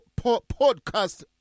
Podcast